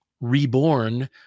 reborn